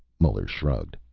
muller shrugged.